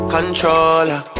Controller